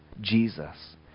Jesus